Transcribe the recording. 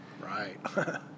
Right